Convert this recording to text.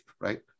right